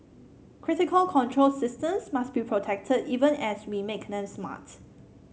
critical control systems must be protected even as we make them smart